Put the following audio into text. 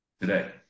today